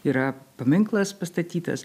yra paminklas pastatytas